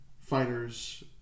fighters